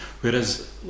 whereas